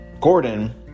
Gordon